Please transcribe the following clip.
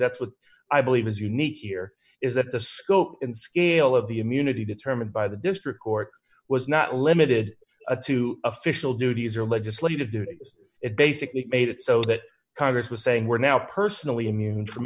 that's what i believe is unique here is that the scope and scale of the immunity determined by the district court was not limited to official duties or legislative duties it basically made it so that congress was saying we're now personally immune from